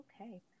Okay